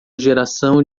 geração